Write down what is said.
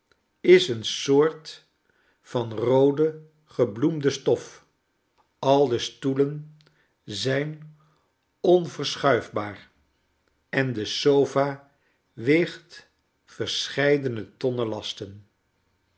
is een soort van roode gebloemde stof al de stoelen zijn onverschuifbaar en de sofa weegt verscheidene